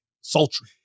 Sultry